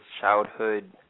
Childhood